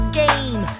game